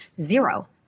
zero